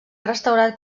restaurat